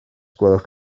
gwelwch